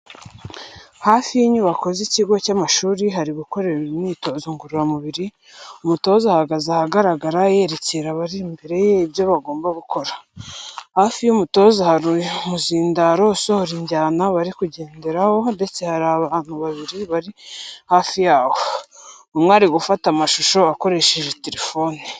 Hafi y'inyubako z'ikigo cy'amashuri hari gukorerwa imyitozo ngororamubiri, umutoza ahagaze ahagaragara yerekera abari imbere ye ibyo bagomba gukora, hafi y'umutoza hari umuzindaro usohora injyana bari kugenderaho ndetse hari abantu babiri bari hafi yawo, umwe arimo gufata amashusho akoresheje telefoni.